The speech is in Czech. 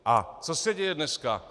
A co se děje dneska?